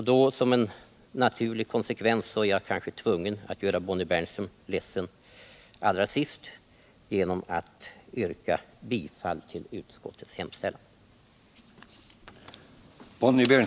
Som en naturlig konsekvens är jag också tvungen att kanske göra Bonnie Bernström ledsen genom att allra sist yrka bifall till utskottets hemställan.